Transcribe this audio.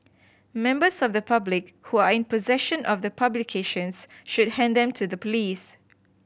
members of the public who are in possession of the publications should hand them to the police